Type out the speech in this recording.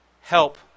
help